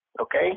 Okay